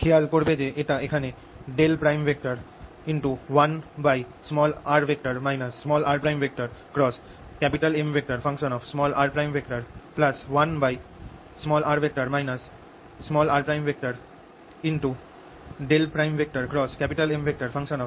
খেয়াল করবে যে এটা এখানে 1r rMr 1r r Mr